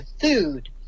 food